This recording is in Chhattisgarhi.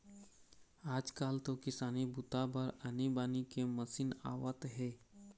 आजकाल तो किसानी बूता बर आनी बानी के मसीन आवत हे